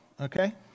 okay